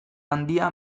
handia